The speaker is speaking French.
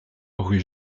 rue